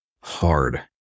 hard